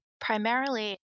primarily